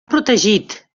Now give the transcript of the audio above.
protegit